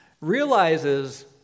realizes